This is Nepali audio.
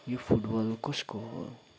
यो फुटबल कसको हो